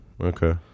okay